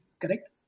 correct